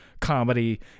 comedy